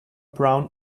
brown